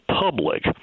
public